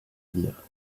dire